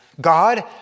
God